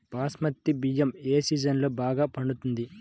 బాస్మతి బియ్యం ఏ సీజన్లో బాగా పండుతుంది?